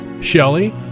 Shelley